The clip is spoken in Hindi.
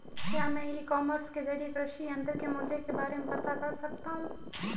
क्या मैं ई कॉमर्स के ज़रिए कृषि यंत्र के मूल्य के बारे में पता कर सकता हूँ?